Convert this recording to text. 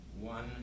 one